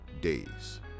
days